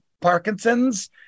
Parkinson's